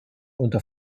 unter